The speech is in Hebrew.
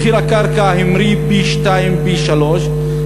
מחיר הקרקע המריא פי-שניים ופי-שלושה,